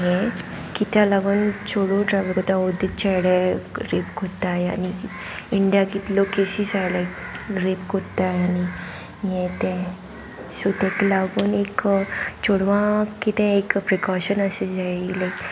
हें कित्या लागून चेडू ट्रॅवल करताय ओर देक चेडे रेप कोत्ताय आनी इंडिया कितलो केसीस जाल्याय लायक रेप करताय आनी हें तें सो ताका लागून एक चेडवां कितें एक प्रिकोशन अशें जाय लायक